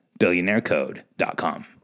billionairecode.com